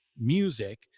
Music